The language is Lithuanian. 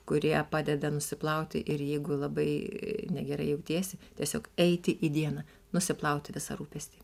kurie padeda nusiplauti ir jeigu labai negerai jautiesi tiesiog eiti į dieną nusiplauti visą rūpestį